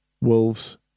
Wolves